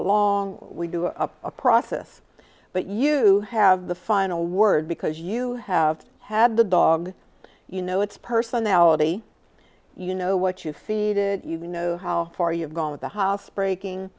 along we do a process but you have the final word because you have to have the dog you know it's personality you know what you feed it you know how far you've gone with the house breaking